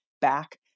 back